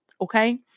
okay